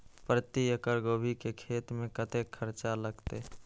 प्रति एकड़ गोभी के खेत में कतेक खर्चा लगते?